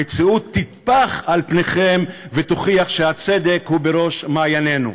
המציאות תטפח על פניכם ותוכיח שהצדק הוא בראש מעיינינו.